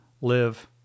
live